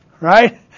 right